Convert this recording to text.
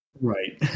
Right